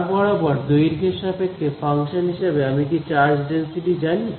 তার বরাবর দৈর্ঘ্যের সাপেক্ষে ফাংশন হিসাবে আমি কি চার্জ ডেনসিটি জানি